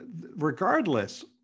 regardless